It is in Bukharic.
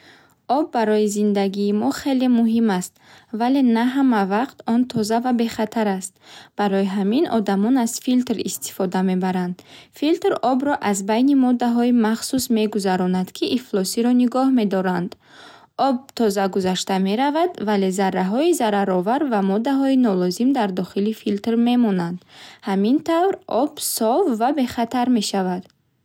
Об барои зиндагии мо хеле муҳим аст, вале на ҳама вақт он тоза ва бехатар аст. Барои ҳамин, одамон аз филтр истифода мебаранд. Филтр обро аз байни моддаҳои махсус мегузаронад, ки ифлосиро нигоҳ медоранд. Об тоза гузашта меравад, вале зарраҳои зараровар ва моддаҳои нолозим дар дохили филтр мемонанд. Ҳамин тавр, об соф ва бехатар мешавад.